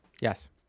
Yes